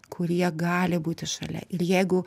kurie gali būti šalia ir jeigu